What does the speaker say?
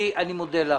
אני מודה לך.